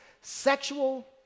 sexual